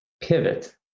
pivot